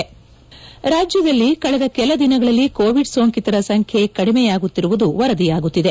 ಕರ್ನಾಟಕದಲ್ಲಿ ಕಳೆದ ಕೆಲ ದಿನಗಳಲ್ಲಿ ಕೋವಿಡ್ ಸೋಂಕಿತರ ಸಂಬ್ಲೆ ಕಡಿಮೆಯಾಗುತ್ತಿರುವುದು ವರದಿಯಾಗುತ್ತಿದೆ